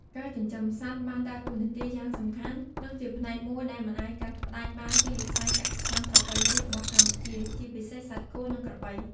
ការចិញ្ចឹមសត្វបានដើរតួនាទីយ៉ាងសំខាន់ និងជាផ្នែកមួយដែលមិនអាចកាត់ផ្ដាច់បានពីវិស័យកសិកម្មប្រពៃណីរបស់កម្ពុជា ជាពិសេសសត្វគោ និងក្របី។